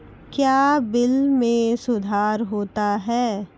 क्या बिल मे सुधार होता हैं?